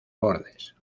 bordes